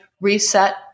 reset